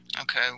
Okay